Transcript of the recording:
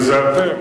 אם היו מזדהים